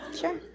Sure